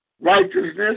righteousness